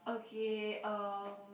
okay uh